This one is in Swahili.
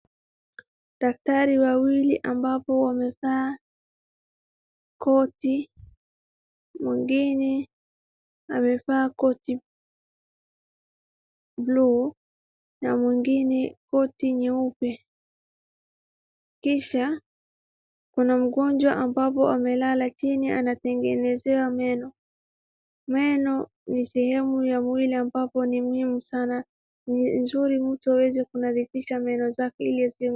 Daktari wawili ambapo amevaa koti, mwingine amevaa koti blue na mwingine koti nyeupe. Kisha kuna mgonjwa ambapo amelala chini anatengenezewa meno. Meno ni sehemu ya mwili ambapo ni muhimu sana. Ni nzuri mtu aweze kunadhifisha meno zake.